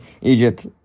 Egypt